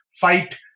fight